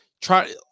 try